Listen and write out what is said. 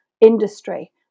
industry